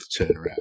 turnaround